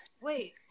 wait